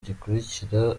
gikurikira